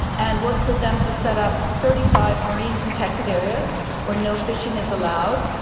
and worked with them to set up thirty five marine protected areas where no fishing is allowed,